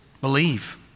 believe